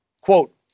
Quote